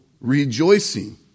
rejoicing